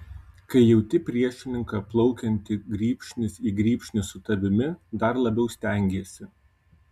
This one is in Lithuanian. kai jauti priešininką plaukiantį grybšnis į grybšnį su tavimi dar labiau stengiesi